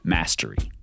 mastery